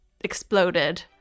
exploded